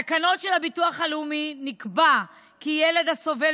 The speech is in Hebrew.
בתקנות הביטוח הלאומי נקבע כי ילד הסובל